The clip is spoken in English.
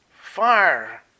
fire